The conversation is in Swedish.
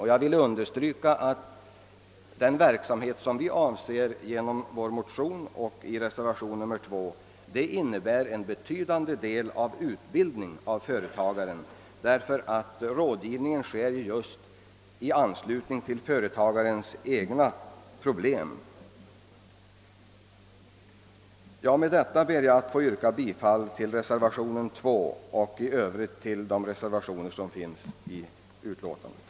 Och jag vill understryka att den verksamhet som vi avser i våra motioner och i reservationen 2 till stor del innebär utbildning av företagaren, eftersom rådgivningen sker just med utgångspunkt från företagarens egna problem. Herr talman! Jag yrkar bifall till samtliga reservationer vid statsutskottets utlåtande nr 59.